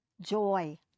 Joy